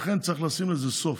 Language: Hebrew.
צריך לשים לזה סוף.